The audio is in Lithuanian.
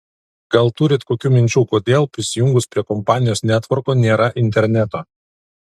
gal turit kokių minčių kodėl prisijungus prie kompanijos netvorko nėra interneto